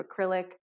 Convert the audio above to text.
acrylic